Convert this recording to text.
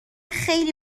خیلی